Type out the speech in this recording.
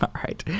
um right. yeah